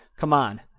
come on!